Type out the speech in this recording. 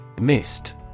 Missed